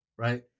Right